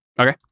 Okay